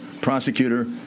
prosecutor